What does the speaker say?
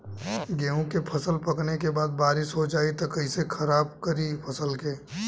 गेहूँ के फसल पकने के बाद बारिश हो जाई त कइसे खराब करी फसल के?